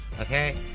Okay